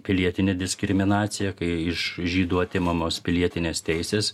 pilietinė diskriminacija kai iš žydų atimamos pilietinės teisės